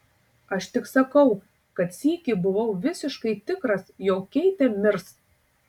aš tik sakau kad sykį buvau visiškai tikras jog keitė mirs